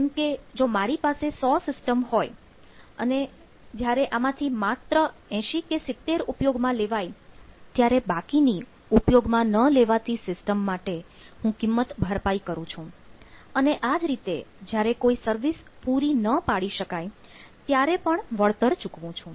જેમ કે જો મારી પાસે 100 સિસ્ટમ હોય અને જ્યારે આમાંથી માત્ર 80 કે 70 ઉપયોગમાં લેવાય ત્યારે બાકીની ઉપયોગમાં ન લેવાથી સિસ્ટમ માટે હું કિંમત ભરપાઈ કરું છું અને આ જ રીતે જ્યારે કોઈ સર્વિસ પૂરી ન પાડી શકાય ત્યારે પણ વળતર ચૂકવું છું